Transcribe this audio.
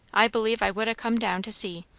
i believe i would ha' come down to see,